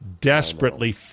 desperately